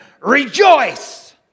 rejoice